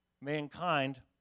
mankind